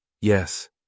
Yes